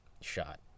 shot